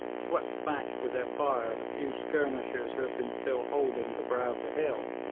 swept back with their fire the few skirmishers who had been still holding the brow of the hill,